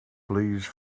please